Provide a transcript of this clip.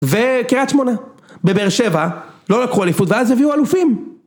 וקריית שמונה, בבאר שבע לא לקחו אליפות ואז הביאו אלופים